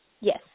Yes